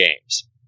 games